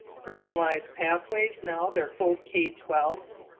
personalized pathways, now their full k twelve